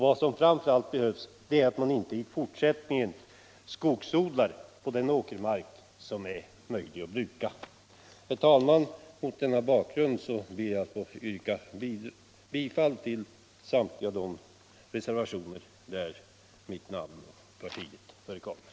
Vad som framför allt erfordras är att man i fortsättningen inte skogsodlar på den åkermark som är möjlig att bruka. Herr talman! Mot denna bakgrund ber jag att få yrka bifall till samtliga de reservationer där mitt namn och parti förekommer.